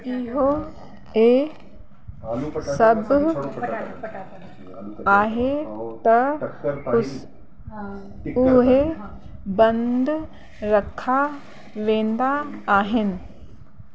इहो ऐं सब आहे त उस उहे बंदि रखा वेंदा आहिनि